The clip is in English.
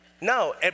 no